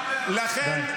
די.